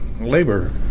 labor